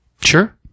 Sure